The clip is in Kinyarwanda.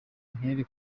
intere